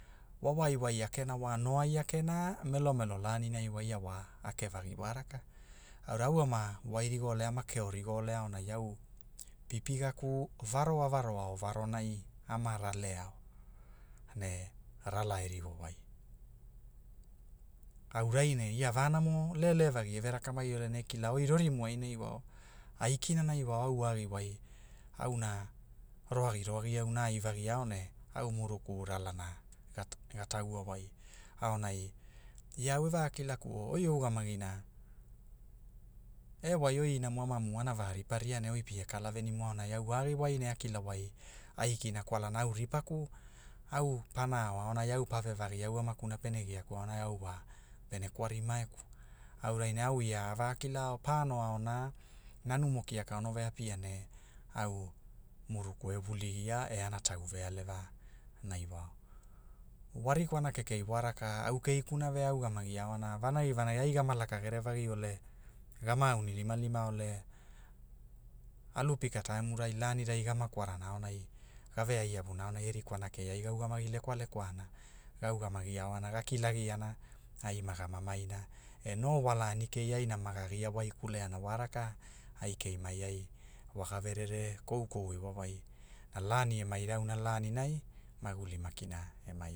Wa waiwai akena wa no ai akena melo melo laninai wa ia wa, ake vagi wa raka, aurai au ama, wai rigo ole ama keo rigo ole aonai au, pipigaku, varo a varoao varonai, ama raleao, ne, rala e rigo wai, aurai ne ia vanamo, lele vagi eve rakamai ole ne e ekilao oi rorimuai neiwao, aikina naiwao au a agi wai, auna, roagi roagi auna a aivagiao ne, au muruku ralana, ga ta- taua wai, aonai, ia au e vakilakuo gai o ugamagina, e wai oi inamu amamu ana va riparia ne oi pie kala venimu aonai a agi wai ne a kila wai, aikina kwalana au ripaku, au pana ao aonai au pa vevagi au amaku na pene giaku aonai au wa, pene kwari maeku auraina au ia ve kilao pana ao na nanumo kiaka ono ve apia ne, au, muruku e wuligia aana tau vealeva, nai wao, wa rikwana kekei waraka au keikuna vea a ugamagi aona vanagivanagi ai gama laka gerevagi ole gama aunilimalima ole, alu pika teamurai lanina gama kwarana aonai, gave ai lavuna e rikwana kei a ga ugamagi lekwa lekwana, ga ugamagi aoana ga kilagiana, ai maga mamaina, e no walai kei aina maga gia wailkule ana wa raka, ai kei mai ai wa ga verere, koukou iwawai, na lani ema irauna lani- nai maguli maki na ema